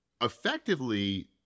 effectively